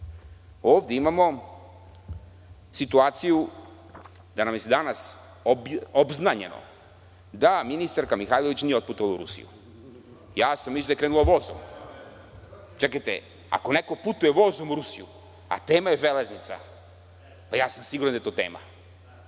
Ovde imamo situaciju da nam je za danas obznanjeno da ministarka Mihajlović nije otputovala u Rusiju. Mislio sam da je krenula vozom. Čekajte, ako neko putuje vozom u Rusiju, a tema je železnica, siguran sam da je to tema,